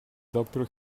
doctor